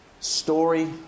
story